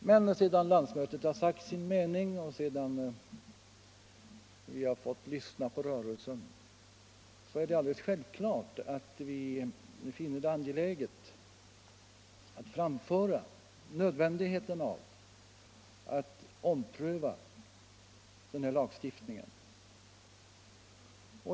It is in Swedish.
Men sedan landsmötet sagt sin mening och sedan vi fått lyssna på rörelsen är det alldeles självklart att vi finner det angeläget att framföra nödvändigheten av en omprövning av terroristlagen.